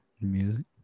music